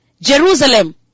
Jerusalem